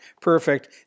perfect